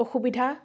অসুবিধা